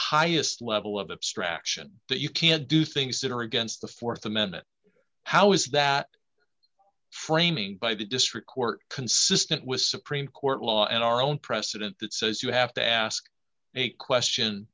highest level of abstraction that you can't do things that are against the th amendment how is that framing by the district court consistent with supreme court law and our own precedent that says you have to ask a question